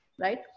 Right